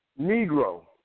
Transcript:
Negro